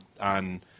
on –